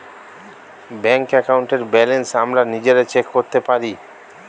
bank অ্যাকাউন্টের balance আমরা নিজেরা চেক করতে পারি